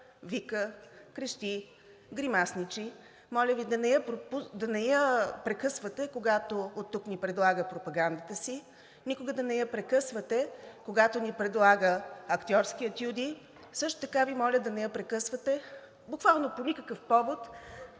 вика, крещи, гримасничи; моля Ви да не я прекъсвате, когато оттук ни предлага пропагандите си, никога да не я прекъсвате, когато ни предлага актьорски етюди; също така Ви моля да не я прекъсвате буквално по никакъв повод,